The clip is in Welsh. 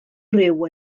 ryw